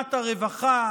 מדינת הרווחה,